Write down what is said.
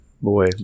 boy